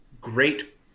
great